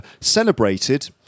celebrated